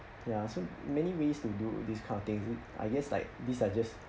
ya so many ways to do this kind of thing I guess like these are just